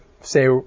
say